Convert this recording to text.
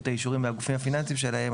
את האישורים מהגופים הפיננסיים שלהם,